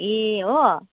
ए हो